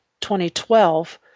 2012